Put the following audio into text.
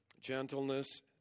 gentleness